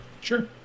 Sure